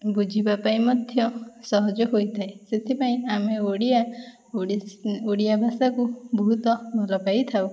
ବୁଝିବା ପାଇଁ ମଧ୍ୟ ସହଜ ହୋଇଥାଏ ସେଥିପାଇଁ ଆମେ ଓଡ଼ିଆ ଓଡ଼ିଆ ଭାଷାକୁ ବହୁତ ଭଲ ପାଇଥାଉ